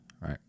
right